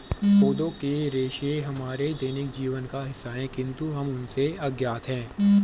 पौधों के रेशे हमारे दैनिक जीवन का हिस्सा है, किंतु हम उनसे अज्ञात हैं